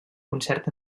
concert